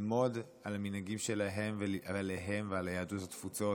וללמוד על המנהגים שלהן ועליהן ועל יהדות התפוצות,